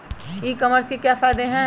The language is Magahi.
ई कॉमर्स के क्या फायदे हैं?